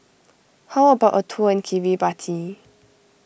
how about a tour in Kiribati